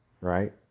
right